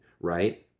right